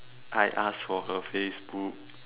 I ask for her Facebook